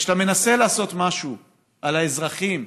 וכשאתה מנסה לעשות משהו על האזרחים,